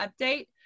update